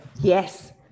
Yes